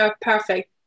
perfect